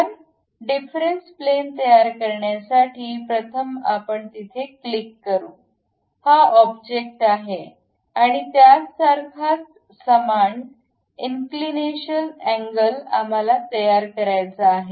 तर difference plane तयार करण्यासाठी प्रथम आपण तिथे क्लिक करू हा ऑब्जेक्ट आहे आणि त्याच्यासारखाच समान इंक्लीनेशन अँगल आम्हाला तयार करायचा आहे